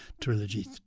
Trilogy